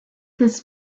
this